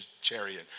chariot